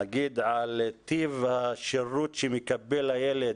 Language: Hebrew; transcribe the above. נגיד על טיב השירות שמקבל הילד